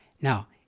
Now